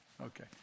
Okay